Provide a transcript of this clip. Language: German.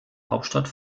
hauptstadt